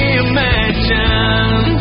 imagine